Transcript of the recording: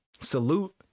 Salute